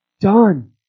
done